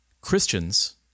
Christians